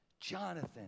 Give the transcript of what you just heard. Jonathan